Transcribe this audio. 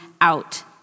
out